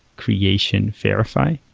creation, verify,